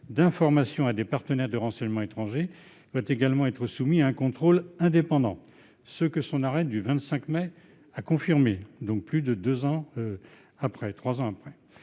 d'informations à des partenaires de renseignement étrangers doit également être soumis à un contrôle indépendant », ce que son arrêt du 25 mai dernier a confirmé plus de trois ans après.